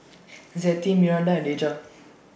Zettie Miranda and Deja